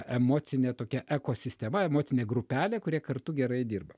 emocinė tokia ekosistema emocinė grupelė kurie kartu gerai dirba